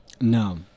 No